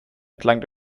entlang